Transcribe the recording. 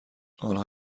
آنها